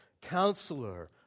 Counselor